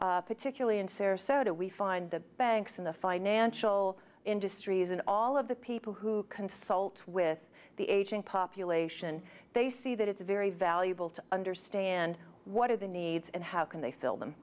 point particularly in sarasota we find the banks and the financial industries and all of the people who consults with the aging population they see that it's very valuable to understand what are the needs and how can they fill them